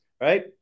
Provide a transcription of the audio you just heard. right